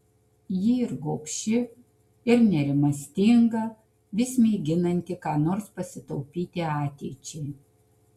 ji ir gobši ir nerimastinga vis mėginanti ką nors pasitaupyti ateičiai